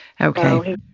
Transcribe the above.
okay